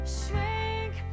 shrink